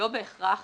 לא בהכרח